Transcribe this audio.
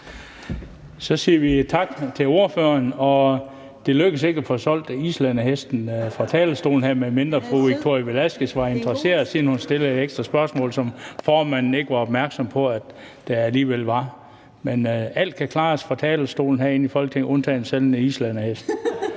Så siger vi tak til ordføreren. Det lykkedes ikke at få solgt den islandske hest her fra talerstolen, medmindre fru Victoria Velasquez var interesseret, siden hun stillede et ekstra spørgsmål, hvilket formanden ikke var opmærksom på alligevel kom. Men alt kan klares fra talerstolen herinde i Folketinget, undtagen salg af en islandsk hest.